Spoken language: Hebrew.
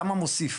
כמה מוסיף?